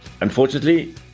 Unfortunately